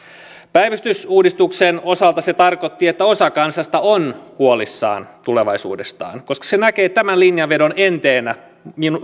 päivystysuudistuksen osalta se tarkoitti että osa kansasta on huolissaan tulevaisuudestaan koska se näkee tämän linjanvedon enteenä